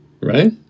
Right